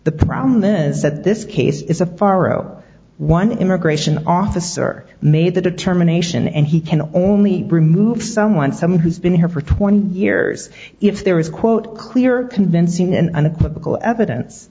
the problem then is that this case is a far out one immigration officer made the determination and he can only remove someone someone who's been here for twenty years if there is quote clear convincing and unequivocal evidence